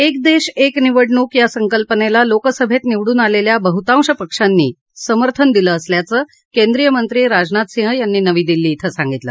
एक देश एक निवडणूक या संकल्पनेला लोकसभेत निवडून आलेल्या बहुतांश पक्षांनी समर्थन दिलं असल्याचं केंद्रीय मंत्री राजनाथ सिंह यांनी नवी दिल्ली क्रें सांगितलं